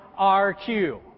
RQ